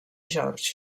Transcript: george